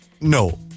no